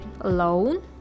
alone